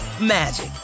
magic